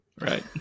right